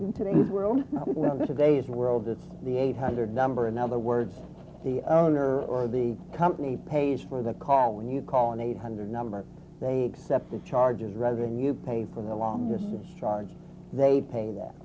the todays world it's the eight hundred number in other words the owner or the company pays for the call when you call an eight hundred number they accept the charges rather than you pay for the long distance charges they pay that